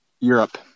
Europe